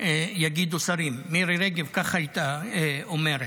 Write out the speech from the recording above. יגידו שרים, מירי רגב ככה הייתה אומרת.